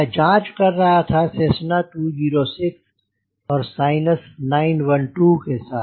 मैं जाँच कर रहा था सेस्सना 206 और साइनस 912 के साथ